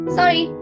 Sorry